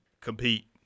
compete